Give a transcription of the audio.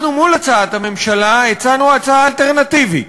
אנחנו, מול הצעת הממשלה, הצענו הצעה אלטרנטיבית.